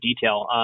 detail